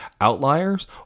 outliers